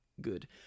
good